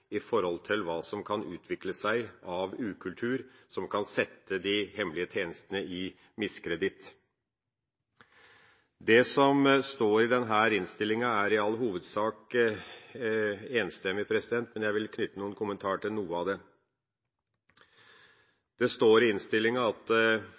i forhold til hva som kan utvikle seg av ukultur som kan sette de hemmelige tjenestene i miskreditt. Det som står i denne innstillinga, er i all hovedsak enstemmig, men jeg vil knytte noen kommentarer til noe av